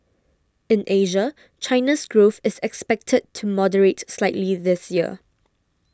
in Asia China's growth is expected to moderate slightly this year